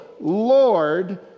Lord